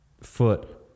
foot